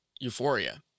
Euphoria